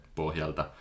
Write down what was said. pohjalta